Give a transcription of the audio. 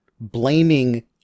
blaming